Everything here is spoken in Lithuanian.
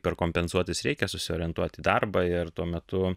per kompensuotis reikia susiorientuot į darbą ir tuo metu